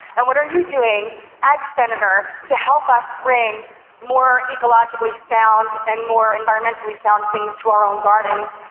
and what are you doing, as senator, to help us bring more ecologically sound and more environmentally sound things to our own gardens,